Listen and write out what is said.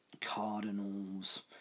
Cardinals